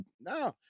No